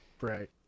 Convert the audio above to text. Right